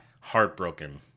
Heartbroken